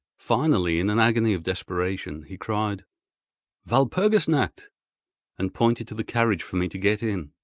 finally, in an agony of desperation, he cried walpurgis nacht and pointed to the carriage for me to get in.